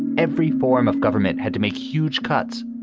every form of government had to make huge cuts.